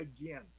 again